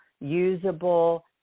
usable